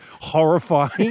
horrifying